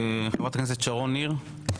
חברת הכנסת שרון ניר.